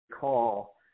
call